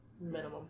minimum